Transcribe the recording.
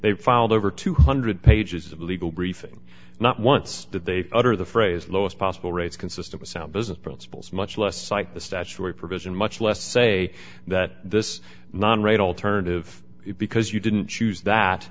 they filed over two hundred dollars pages of legal briefing not once did they fire the phrase lowest possible rates consistent with sound business principles much less cite the statutory provision much less say that this non rate alternative because you didn't choose that